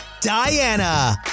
diana